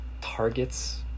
targets